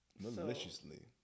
Maliciously